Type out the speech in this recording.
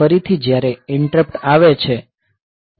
આ રીતે ફરીથી જ્યારે ઈન્ટરપ્ટ આવે છે